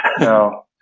No